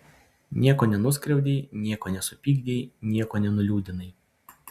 nieko nenuskriaudei nieko nesupykdei nieko nenuliūdinai